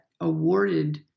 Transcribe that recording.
awarded